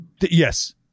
Yes